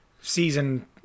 season